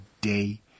day